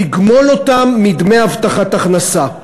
לגמול אותם מדמי הבטחת הכנסה.